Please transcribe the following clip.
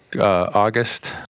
August